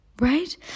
Right